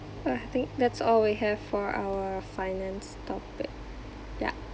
I think that's all we have for our finance topic yup